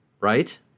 right